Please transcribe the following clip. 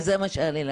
וזה מה שהיה לי להגיד.